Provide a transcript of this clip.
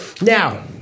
Now